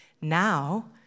Now